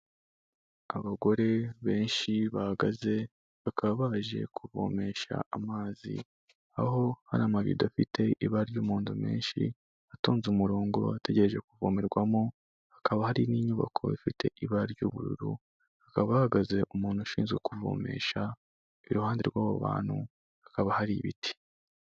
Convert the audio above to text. Abagore benshi bahagaze bakaba baje kuvomesha amazi aho hari amabido afite ibara ry'umuhondo menshi atonze umurongo ategereje kuvomerwamo hakaba hari n'inyubako ifite ibara ry'ubururu hakaba ahahagaze umuntu ushinzwe kuvomesha iruhande rw'a bantu hakaba hari ibiti.